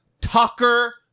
Tucker